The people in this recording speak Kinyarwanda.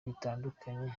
bitandukanye